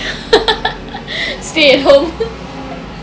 stay at home